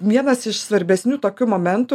vienas iš svarbesnių tokių momentų